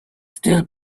still